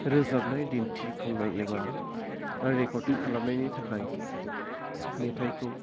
रोजाबनाय दिन्थिफुंनाय एबा रेकर्डिं खालामनायनि थाखाय मेथाइखौ